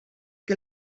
que